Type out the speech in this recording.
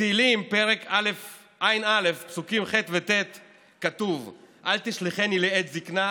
בתהילים פרק ע"א פסוק ט' כתוב: "אל תשליכני לעת זקנה